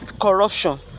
corruption